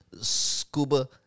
scuba